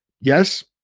Yes